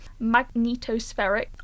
Magnetospheric